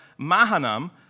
Mahanam